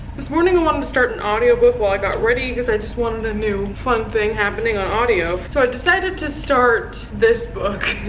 this morning i wanted to start an audiobook while i got ready because i just wanted a new fun thing happening on audio, so i decided to start this book.